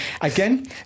again